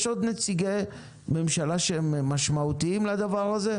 יש עוד נציגי ממשלה שהם משמעותיים לעניין הזה,